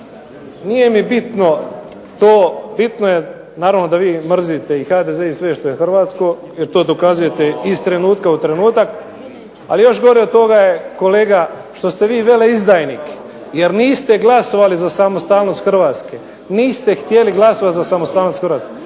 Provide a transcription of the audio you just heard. nije mi bitno to bitno je naravno da vi mrzite i HDZ i sve što je hrvatsko, jer to dokazujete iz trenutka u trenutak, ali je još gore od toga kolega jer ste vi veleizdajnik jer niste glasali za samostalnost Hrvatske. Niste htjeli glasati za samostalnost HRvatske.